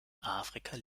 afrika